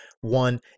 one